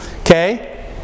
Okay